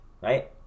right